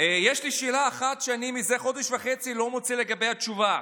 יש לי שאלה אחת שאני זה חודש וחצי לא מוצא לגביה תשובה: